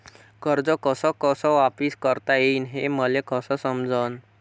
कर्ज कस कस वापिस करता येईन, हे मले कस समजनं?